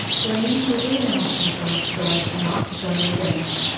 blaine quickly announced himself, so as to not startle dennis.